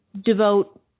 devote